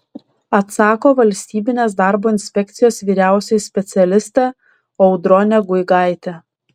atsako valstybinės darbo inspekcijos vyriausioji specialistė audronė guigaitė